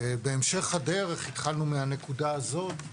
התחלנו מהנקודה הזאת.